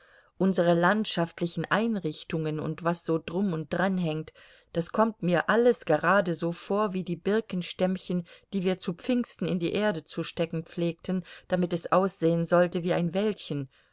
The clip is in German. unsere landschaftlichen einrichtungen und was so drum und dran hängt das kommt mir alles gerade so vor wie die birkenstämmchen die wir zu pfingsten in die erde zu stecken pflegten damit es aussehen sollte wie ein wäldchen